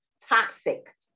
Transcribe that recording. toxic